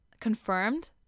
confirmed